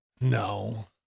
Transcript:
No